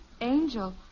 Angel